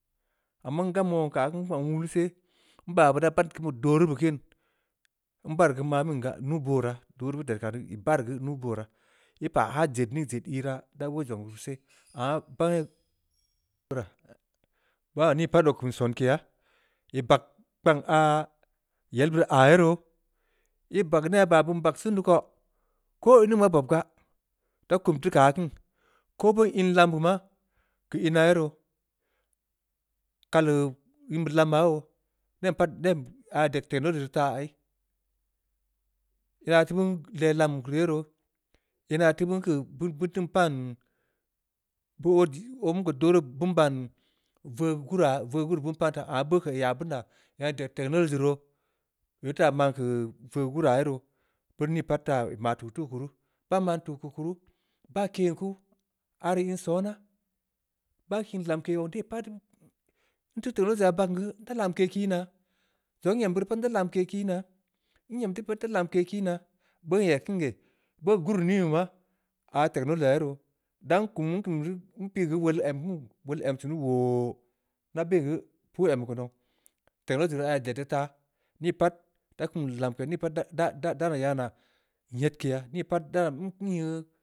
Amma ngam wong ya keu aah kiin nwulu she, nba beu da gadn keu doo ruu beh kini, nbari geu mamin gaa, nuubooraa, doo ruu rii beu de reu kanii, ii barrii geu nuubooraa, ii paa haa! Jed ning, jed iiraa. da woo zong dii beu seh, aah beu baa ni pat oo kum sonkeya, ii bag kpank aah, yel beurii aah ye roo, ii bag, near baa beun bag sen dii koo, ko in ning maa bobgaa. da kum teu aah kiin, ko beuno in lambe maa. keu ina ye roo. keleu in be lam ma yoo, nem pat, nem aah ii ded technology rii taa ai, ina teu beun leh lam keu naa ye roo. ina teu keu bud obeun ko doo ruu beun ban, veu gurraa- veu gurraa, beun pan taa, amma beuno ko ii aah beun taa, technology roo. beu teu taa, man keu veu gurraa ye roo. beuri ni pat taa beu ma tuu teu keu kuruu, baa man tuu keu kuru, baa ken kuu. aah rii sonaa, baah kiin lamke zong de pat, nteu technology aah bagn gue, nda lamke kii naa, zongha n’em beuri pat nda lamke kii naa. n’em teu pat nda lamke kii naa. beuno n’eg beun ge, beuno guru nin beh maa, aah technology aah ye ruu. dan nkum npig ya geu, wol en sunu wooo! Nda ben geu, puu em ya keu nouw, technology aah ii ded deu taa. nii pat da kum lamkeya, ni pat da-dada dan naa yana nyedkeya, nii pat nda ban nyeu.